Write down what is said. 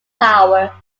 power